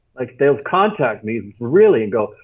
like those contact meetings really and go.